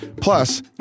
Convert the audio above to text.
Plus